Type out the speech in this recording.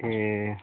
ए